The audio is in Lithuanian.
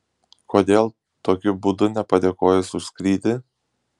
kodėl tokiu būdu nepadėkojus už skrydį